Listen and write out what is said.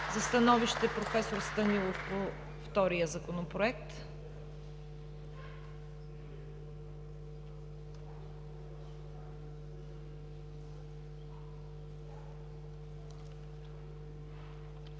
За становище – проф. Станилов по втория Законопроект.